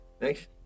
Thanks